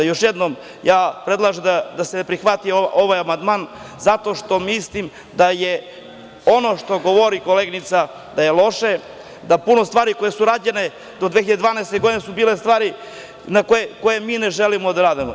Još jednom predlažem da se ne prihvati ovaj amandman, zato što mislim da je ono što govori koleginica loše, da puno stvari koje su rađene do 2012. godine su bile stvari koje mi želimo da radimo.